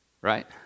right